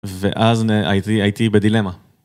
ואז הייתי בדילמה.